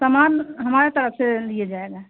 समान हमारे तरफ से दिया जाएगा